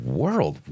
world